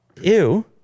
ew